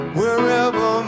wherever